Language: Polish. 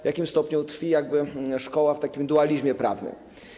W jakimś stopniu tkwi jakby szkoła w takim dualizmie prawnym.